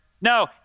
No